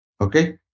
Okay